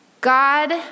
God